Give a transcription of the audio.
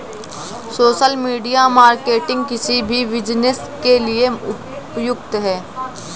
social media marketing किसी भी business के लिए उपयुक्त है